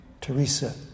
Teresa